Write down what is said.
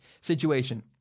situation